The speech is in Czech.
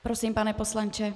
Prosím, pane poslanče.